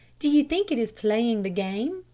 do you think it is playing the game,